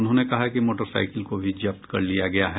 उन्होंने कहा कि मोटरसाईकिल को भी जब्त कर लिया गया है